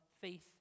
faith